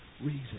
reason